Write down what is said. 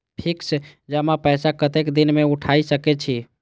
Fix जमा पैसा कतेक दिन में उठाई सके छी?